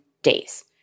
Days